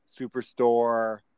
Superstore